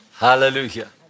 Hallelujah